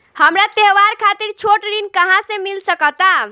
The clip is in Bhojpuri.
हमरा त्योहार खातिर छोट ऋण कहाँ से मिल सकता?